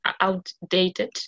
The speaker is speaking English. outdated